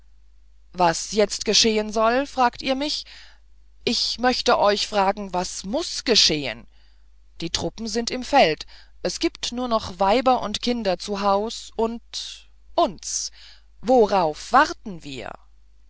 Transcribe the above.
was jetzt geschehen soll fragt ihr mich ich möchte euch fragen was muß geschehen die truppen sind im feld es gibt nur noch weiber und kinder zu haus und uns worauf warten wir